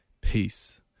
peace